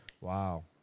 Wow